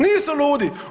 Nisu ludi.